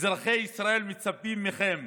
אזרחי ישראל מצפים מכם